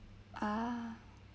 ah